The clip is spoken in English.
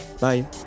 Bye